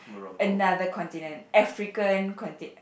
another continent African conti~